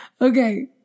Okay